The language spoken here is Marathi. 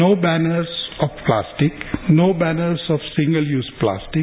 no banner of plastic no banner of single use plastic